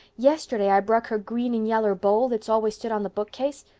yesterday i bruk her green and yaller bowl that's always stood on the bookcase.